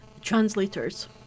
Translators